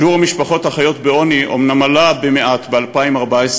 שיעור המשפחות החיות בעוני אומנם עלה במעט ב-2014,